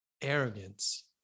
arrogance